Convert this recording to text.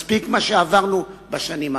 מספיק מה שעברנו בשנים האחרונות.